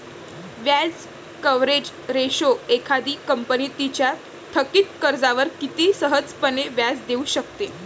व्याज coverage ratio एखादी company तिच्या थकित कर्जावर किती सहजपणे व्याज देऊ शकते